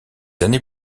années